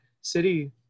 City